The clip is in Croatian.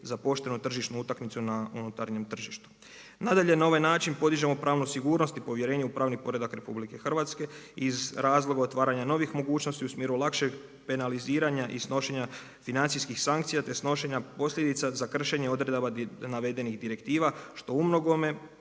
za poštenu tržišnu utakmicu na unutarnjem tržištu. Nadalje, na ovaj način podižemo pravnu sigurnost i povjerenje u pravni poredak RH iz razloga otvaranja novih mogućnosti u smjeru lakšeg penaliziranja i snošenja financijskih sankcija te snošenja posljedica za kršenje odredaba navedenih direktiva što u mnogome